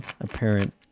apparent